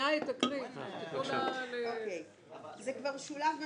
זה כבר שולב בניסוח,